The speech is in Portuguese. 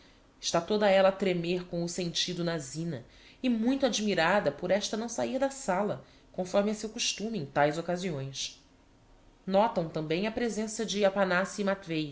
está toda ella a tremer com o sentido na zina e muito admirada por esta não sair da sala conforme é seu costume em taes occasiões notam tambem a presença de